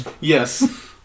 Yes